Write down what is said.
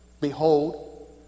Behold